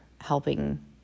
helping